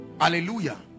Hallelujah